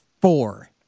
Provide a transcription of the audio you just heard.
four